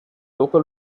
local